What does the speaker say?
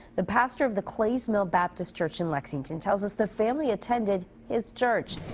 the pastor of the clays mill baptist church in lexington tells us. the family attended his church.